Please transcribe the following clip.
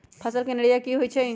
फसल के निराया की होइ छई?